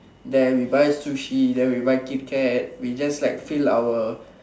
then we buy sushi then we buy Kit-Kat we just like fill our